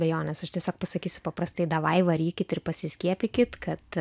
abejonės aš tiesiog pasakysiu paprastai davai varykit ir pasiskiepykit kad